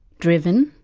driven,